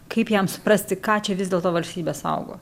kaip jam suprasti ką čia vis dėlto valstybė saugo